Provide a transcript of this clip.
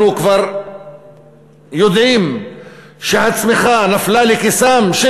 אנחנו כבר יודעים שהצמיחה נפלה לכיסם של